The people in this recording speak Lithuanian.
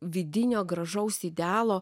vidinio gražaus idealo